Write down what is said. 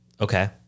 Okay